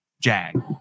Jag